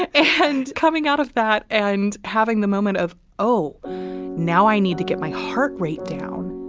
and coming out of that and having the moment of oh now i need to get my heart rate down